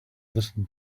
listen